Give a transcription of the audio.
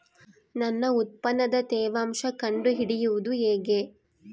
ನನ್ನ ಉತ್ಪನ್ನದ ತೇವಾಂಶ ಕಂಡು ಹಿಡಿಯುವುದು ಹೇಗೆ?